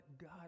God